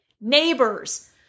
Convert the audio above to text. neighbors